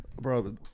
Bro